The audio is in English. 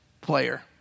player